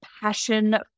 passion